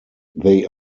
they